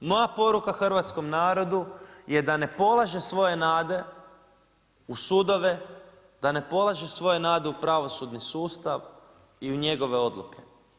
Moja poruka Hrvatskom narodu je da ne polaže svoje nade u sudove, da ne polaže svoje nade u pravosudni sustav i u njegove odluke.